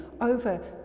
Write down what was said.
over